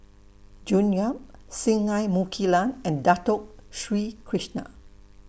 June Yap Singai Mukilan and Dato Sri Krishna